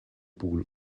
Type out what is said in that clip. pool